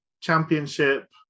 championship